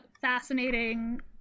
fascinating